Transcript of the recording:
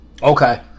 Okay